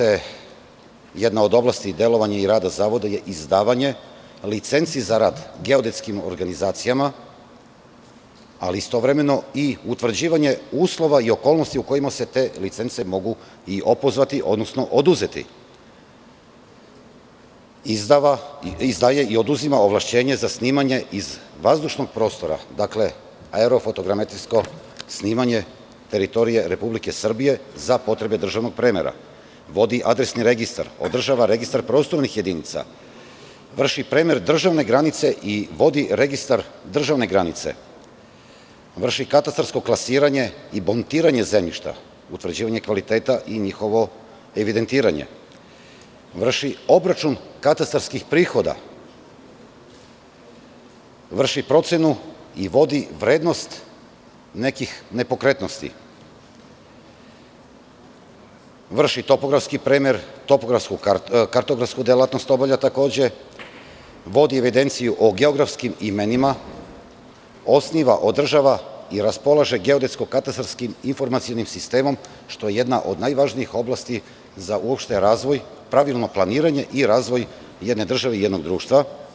Jedna od oblasti rada i delovanja Zavoda je izdavanje licenci za rad geodetskim organizacijama, ali istovremeno i utvrđivanje uslova i okolnosti u kojima se te licence mogu i opozvati, odnosno oduzeti, izdaje i oduzima ovlašćenje za snimanje iz vazdušnog prostora, dakle, aerofotogrametrijsko snimanje teritorije Republike Srbije za potrebe državnog premera, vodi adresni registar, održava registar prostornih jedinica, vrši premer državne granice i vodi registar državne granice, vrši katastarsko klasiranje i bonitiranje zemljišta, utvrđivanje kvaliteta i njihovo evidentiranje, vrši obračun katastarskih prihoda, vrši procenu i vodi vrednost nekih nepokretnosti, vrši topografski premer, kartografsku delatnost obavlja takođe, vodi evidenciju o geografskim imenima, osniva, održava i raspolaže geodetsko-katastarskim informacionim sistemom, što je jedna od najvažnijih oblasti uopšte za razvoj, pravilno planiranje i razvoj jedne države i jednog društva.